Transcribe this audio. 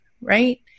Right